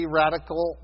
radical